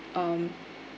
um